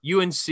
UNC